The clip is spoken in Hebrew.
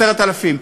10,000,